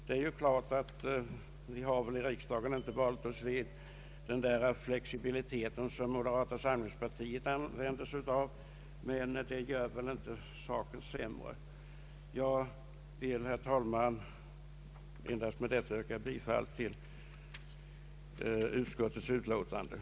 Vi har här i riksdagen inte vant oss vid den flexibilitet som moderata samlingspartiet sätter så stort värde på, men det gör inte saken sämre. Herr talman! Jag vill med detta yrka bifall till utskottets hemställan.